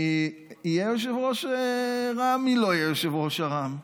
מי יהיה יושב-ראש רע"מ ומי לא יהיה יושב-ראש רע"מ,